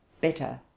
better